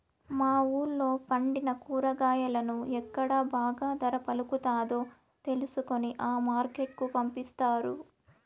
మా వూళ్ళో పండిన కూరగాయలను ఎక్కడ బాగా ధర పలుకుతాదో తెలుసుకొని ఆ మార్కెట్ కు పంపిస్తారు